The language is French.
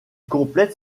complète